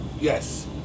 yes